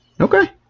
Okay